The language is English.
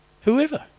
whoever